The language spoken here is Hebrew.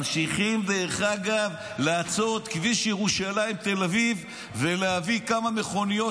ממשיכים לעצור את כביש ירושלים תל אביב ולהביא כמה מכוניות,